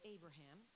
Abraham